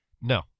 No